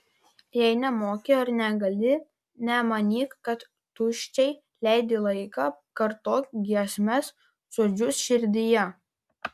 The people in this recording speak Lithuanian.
jei nemoki ar negali nemanyk kad tuščiai leidi laiką kartok giesmės žodžius širdyje